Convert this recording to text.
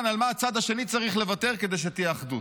על מה הצד השני צריך לוותר כדי שתהיה אחדות.